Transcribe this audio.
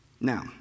Now